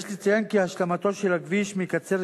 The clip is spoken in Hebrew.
יש לציין כי השלמתו של הכביש מקצרת